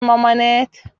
مامانت